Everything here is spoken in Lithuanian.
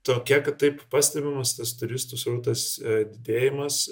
tokia kad taip pastebimas tas turistų srautas didėjimas